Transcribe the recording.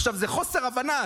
עכשיו, זה חוסר הבנה.